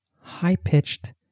high-pitched